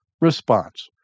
response